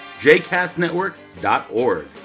jcastnetwork.org